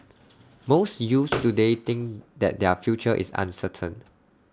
most youths today think that their future is uncertain